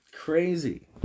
Crazy